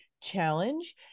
challenge